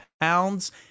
pounds